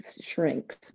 shrinks